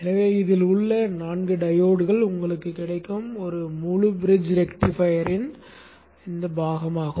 எனவே இதில் உள்ள 4 டையோட்கள் உங்களுக்குக் கிடைக்கும் ஒரு முழு பிரிட்ஜ் ரெக்டிஃபையர் பாகமாகும்